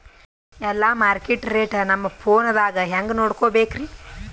ಎಲ್ಲಾ ಮಾರ್ಕಿಟ ರೇಟ್ ನಮ್ ಫೋನದಾಗ ಹೆಂಗ ನೋಡಕೋಬೇಕ್ರಿ?